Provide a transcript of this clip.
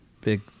Big